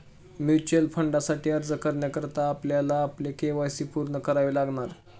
mutual फंडासाठी अर्ज करण्याकरता आपल्याला आपले के.वाय.सी पूर्ण करावे लागणार